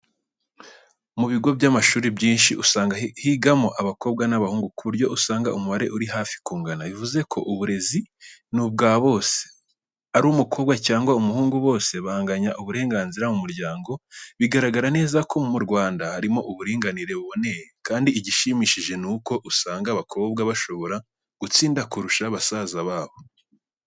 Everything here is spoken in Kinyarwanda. Mu bigo by'amashuri byinshi usanga higamo abakobwa n'abahungu ku buryo usanga umubare uri hafi kungana. Bivuze ko uburezi ni ubwa bose ari umukobwa cyangwa umuhungu bose banganya uburenganzira mu muryango, bigaraga neza ko mu Rwanda harimo uburinganire buboneye kandi igishimishije nuko usanga abakobwa bashobora gutsinda kurusha basaza babo.